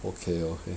okay okay